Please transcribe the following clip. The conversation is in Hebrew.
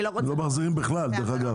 לא מחזירים בכלל, דרך אגב.